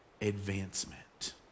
advancement